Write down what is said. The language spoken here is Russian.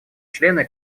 члены